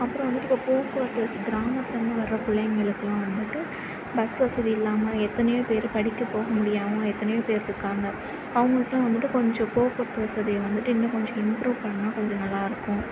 அப்புறோம் வந்துவிட்டு இப்போ போக்குவரத்து வசதி கிராமத்துலருந்து வர பிள்ளைங்களுக்குலாம் வந்துவிட்டு பஸ் வசதி இல்லாம எத்தனையோ பேர் படிக்கப்போக முடியாம எத்தனையோ பேர் இருக்காங்க அவங்களுக்குலாம் வந்துவிட்டு கொஞ்சம் போக்குவரத்து வசதியை வந்துவிட்டு இன்னும் கொஞ்சம் இம்ப்ரூவ் பண்ணா கொஞ்சம் நல்லாயிருக்கும்